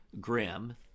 grim